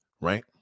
right